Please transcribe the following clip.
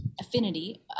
affinity